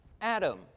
Adam